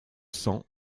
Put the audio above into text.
sang